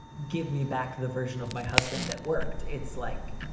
give me back the version of my husband that worked. it's like,